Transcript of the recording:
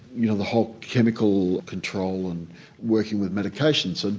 you know, the whole chemical control and working with medications. ah